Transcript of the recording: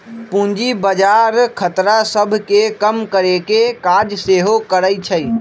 पूजी बजार खतरा सभ के कम करेकेँ काज सेहो करइ छइ